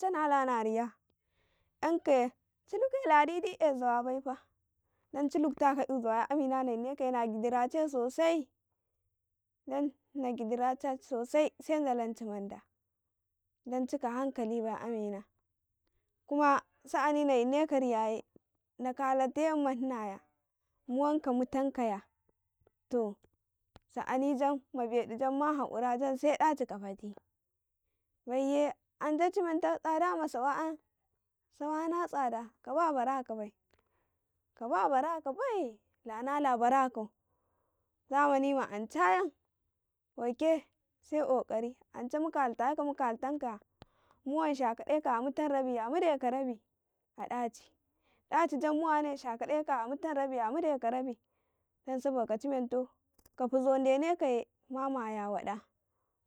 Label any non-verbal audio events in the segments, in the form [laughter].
﻿Ance nalana a riya yankaye ci dukewe ladidi e zawa bai fe dan ci ,lt duk takaya amina na yinne kaye na gidirace sosai, nan na gidira cakan sosai se zalanci manda dan cika hankali bai amina kuma sa'ani na yinne ka riyaye na gamati menma hna ya mu wanka mu tanka ya to sa'ani jan ma bedi jan ma hakura se ɗaci ka fati baiye ance ci menta tsada ma sawa ''yanm sawa na tsada kaba baraka bai la nala baraku zamani ma ance ayam mukala teka mu gamatankaya muwane shaka deka mutan rabi ya mudai ka rabi a ɗaci, ɗaci jan mu wana shaka deka [noise] ya muteka rabi mu daika rabi dan saboka ci mentau ka fuzau dene kaye ma maya waɗa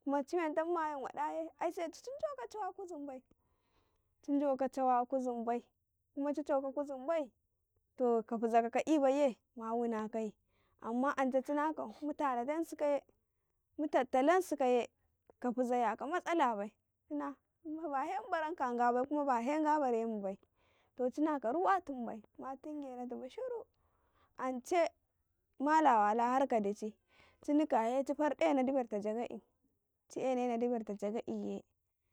hnaci menta mu mayan wadaye ai se ci jauka cawa kuzun bai, ci jauka cawa kuzun bai kuma hma ci cauka kuzun bai to ka fuzo ka'ka'i baiye ma wuna ka ye hma ance cinakau mutanadansikaye ka fuzaye ka matsala bai mu tanadansukaye ba se muba ranka a nga bai be nga baremu bai to cina ka ruwa tun bai ma tingena tumu shim, ance na wala harka dici ci dika ya he ci fardena diberta jagaƃi, ci enena diberta jagabi ye.